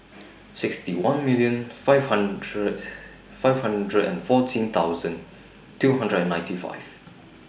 sixty one million five hundred five hundred and fourteen thousand two hundred and ninety five